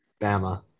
Bama